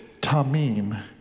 tamim